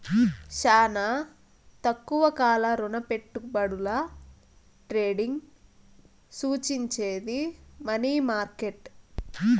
శానా తక్కువ కాల రుణపెట్టుబడుల ట్రేడింగ్ సూచించేది మనీ మార్కెట్